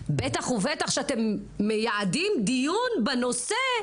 בטח ובטח כשאתם מייעדים דיון בנושא,